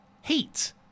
heat